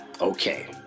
Okay